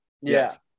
Yes